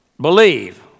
believe